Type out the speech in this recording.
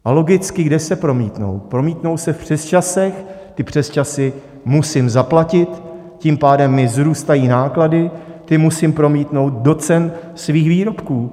A logicky, kde se promítnou: promítnou se v přesčasech, ty přesčasy musím zaplatit, tím pádem mi vzrůstají náklady, ty musím promítnout do cen svých výrobků.